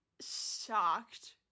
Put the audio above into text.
shocked